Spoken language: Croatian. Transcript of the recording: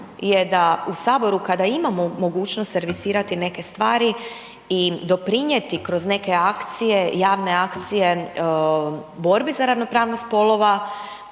je da u Saboru kada imamo mogućnost servisirati neke stvari i doprinijeti kroz neke akcije, javne akcije, borbe za ravnopravnost spolova,